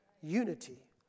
unity